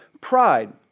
pride